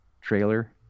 trailer